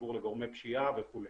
חיבור לגורמי פשיעה וכו'.